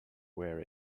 wear